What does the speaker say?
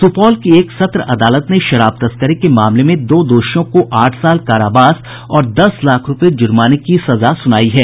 सुपौल की एक सत्र अदालत ने शराब तस्करी के मामले में दो दोषियों को आठ साल कारावास और दस लाख रूपये जूर्माने की सजा सुनाई है